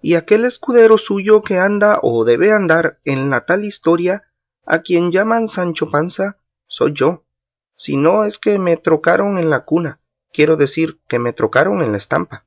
y aquel escudero suyo que anda o debe de andar en la tal historia a quien llaman sancho panza soy yo si no es que me trocaron en la cuna quiero decir que me trocaron en la estampa